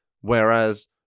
Whereas